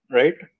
right